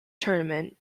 tournament